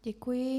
Děkuji.